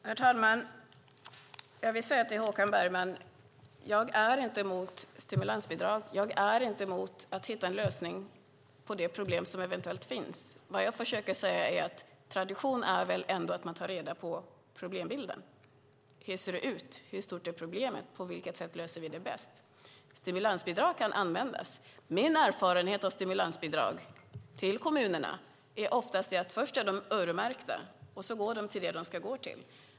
Herr talman! Jag vill säga till Håkan Bergman att jag inte är emot stimulansbidrag. Jag är inte emot att hitta en lösning på det problem som eventuellt finns. Vad jag försöker säga är att traditionen ändå är att man tar reda på hur problembilden ser ut. Hur stort är problemet? På vilket sätt löser vi det bäst? Stimulansbidrag kan användas. Min erfarenhet av stimulansbidrag till kommunerna är oftast den att bidragen först är öronmärkta och går till det de ska gå till.